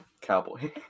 cowboy